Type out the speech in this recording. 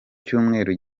cyumweru